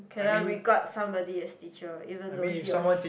can I regard somebody as teacher even though he or she